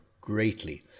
greatly